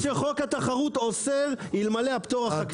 הסדרים שחוק התחרות אוסר אלמלא הפטור החקלאי.